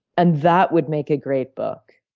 and that would make a great book.